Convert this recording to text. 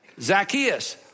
Zacchaeus